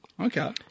Okay